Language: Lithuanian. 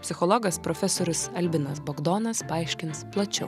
psichologas profesorius albinas bagdonas paaiškins plačiau